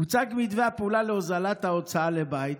הוצג מתווה הפעולה להוזלת ההוצאה לבית,